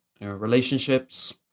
Relationships